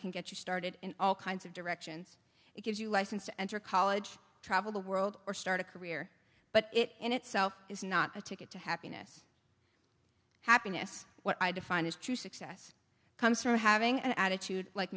can get you started in all kinds of directions it gives you license to enter college travel the world or start a career but it in itself is not a ticket to happiness happiness what i define as true success comes from having an attitude like